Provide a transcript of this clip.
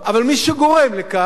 אבל מי שגורם לכך